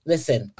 Listen